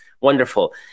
wonderful